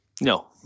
No